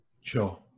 sure